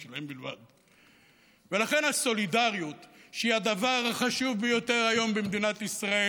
אנשים מכובדים, שבסך הכול רוצים להרגיש כאן שווים,